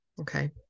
Okay